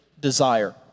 desire